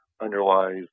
underlies